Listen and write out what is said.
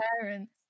parents